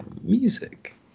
music